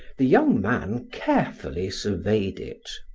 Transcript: the young man carefully surveyed it.